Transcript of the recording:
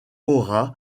aura